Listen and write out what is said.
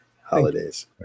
holidays